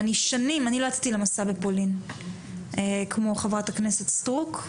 אני לא יצאתי למסע לפולין כמו חברת הכנסת סטרוק,